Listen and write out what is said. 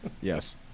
yes